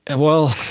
and well,